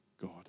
God